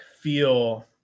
feel